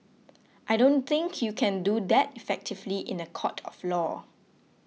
I don't think you can do that effectively in a court of law